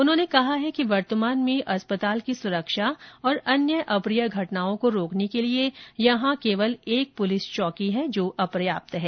उन्होंने कहा है कि वर्तमान में अस्पताल की सुरक्षा और अन्य अप्रिय घटनाओं को रोकने के लिए यहां केवल एक पुलिस चौकी है जो अपर्याप्त है